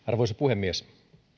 arvoisa puhemies